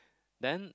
then